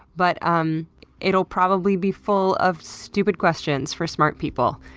but um it'll probably be full of stupid questions for smart people.